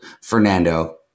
Fernando